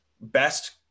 best